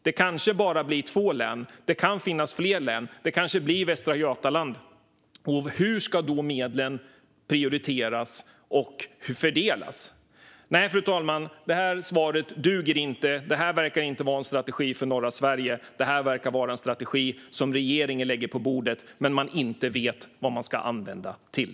Det kanske bara blir två län, men det kan finnas fler län. Det kanske blir Västra Götaland också. Hur ska då medlen prioriteras och fördelas? Fru talman! Detta svar duger inte. Detta verkar inte vara en strategi för norra Sverige. Detta verkar vara en strategi som regeringen lägger på bordet men inte vet vad man ska använda till.